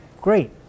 Great